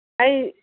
ꯑꯩ